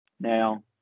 now